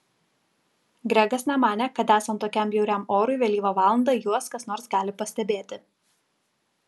gregas nemanė kad esant tokiam bjauriam orui vėlyvą valandą juos kas nors gali pastebėti